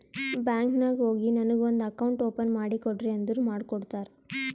bank ನಾಗ್ ಹೋಗಿ ನನಗ ಒಂದ್ ಅಕೌಂಟ್ ಓಪನ್ ಮಾಡಿ ಕೊಡ್ರಿ ಅಂದುರ್ ಮಾಡ್ಕೊಡ್ತಾರ್